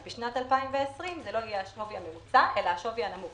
אז בשנת 2020 זה לא יהיה השווי הממוצע אלא השווי הנמוך,